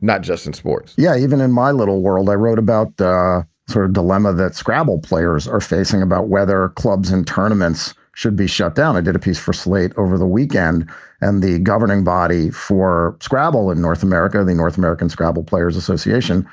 not just in sports yeah. even in my little world, i wrote about a sort of dilemma that scrabble players are facing about whether clubs and tournaments should be shut down. i did a piece for slate over the weekend and the governing body for scrabble in north america. the north american scrabble players association